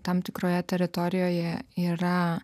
tam tikroje teritorijoje yra